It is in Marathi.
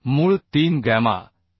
मूळ 3 गॅमा एम